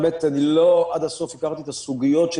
באמת לא עד הסוף הכרתי את הסוגיות של